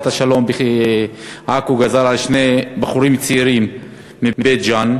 השלום עכו גזר על שני בחורים צעירים מבית-ג'ן,